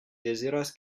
deziras